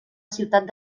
ciutat